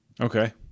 Okay